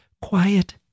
quiet